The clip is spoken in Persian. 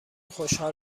خوشحال